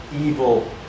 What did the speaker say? evil